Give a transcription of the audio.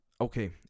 okay